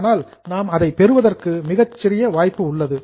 ஆனால் நாம் அதைப் பெறுவதற்கு மிகச்சிறிய வாய்ப்பு உள்ளது